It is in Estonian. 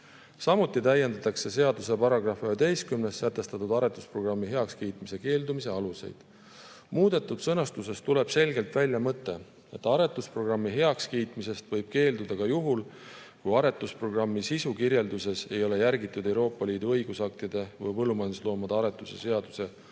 Samuti täiendatakse seaduse §-s 11 sätestatud aretusprogrammi heakskiitmise keeldumise aluseid. Muudetud sõnastusest tuleb selgelt välja mõte, et aretusprogrammi heakskiitmisest võib keelduda ka juhul, kui aretusprogrammi sisukirjelduses ei ole järgitud Euroopa Liidu õigusaktide või põllumajandusloomade aretuse seaduse asjakohaseid